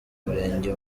murenge